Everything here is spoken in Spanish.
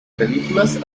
películas